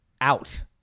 out